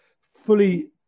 fully